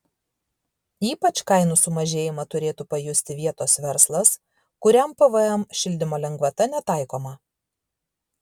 ypač kainų sumažėjimą turėtų pajusti vietos verslas kuriam pvm šildymo lengvata netaikoma